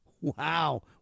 Wow